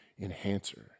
enhancer